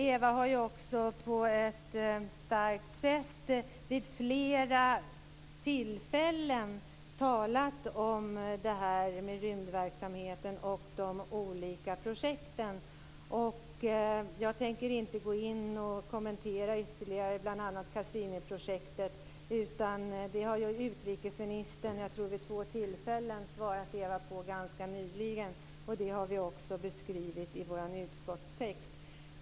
Eva Goës har också på ett starkt sätt vid flera tillfällen talat om rymdverksamheten och de olika projekten. Jag tänker inte gå in och kommentera t.ex. Cassiniprojektet ytterligare. Utrikesministern har vid två tillfällen ganska nyligen lämnat svar till Eva Goës, och vi har också beskrivit detta i vår utskottstext.